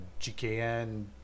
GKN